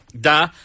Da